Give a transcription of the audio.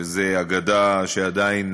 שזה אגדה שעדיין